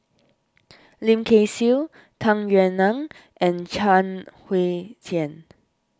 Lim Kay Siu Tung Yue Nang and Chuang Hui Tsuan